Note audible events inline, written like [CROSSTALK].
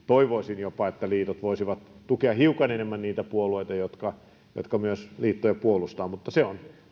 [UNINTELLIGIBLE] toivoisin jopa että liitot voisivat tukea hiukan enemmän niitä puolueita jotka jotka myös liittoja puolustavat mutta se on